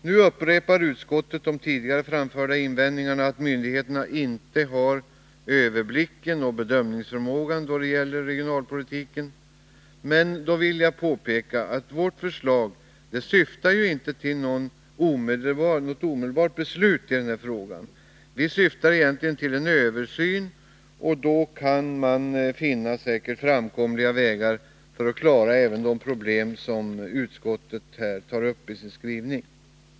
Nu upprepar utskottet de tidigare framförda invändningarna att myndigheterna inte har överblicken och bedömningsförmågan när det gäller regionalpolitiken. Då vill jag påpeka att vårt förslag inte syftar till något omedelbart beslut i frågan. Vi syftar egentligen till en översyn, och då kan man säkert finna framkomliga vägar för att klara även det problem som utskottet tar upp i sin skrivning.